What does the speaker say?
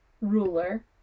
ruler